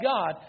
God